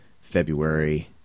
february